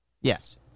Yes